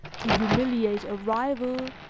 to humiliate a rival,